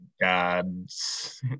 God's